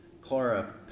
Clara